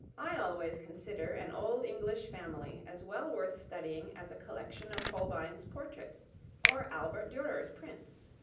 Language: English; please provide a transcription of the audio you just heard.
i always consider an old english family as well worth studying as a collection of holbein's portraits or albert durer's prints.